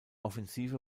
offensive